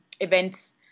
events